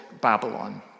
Babylon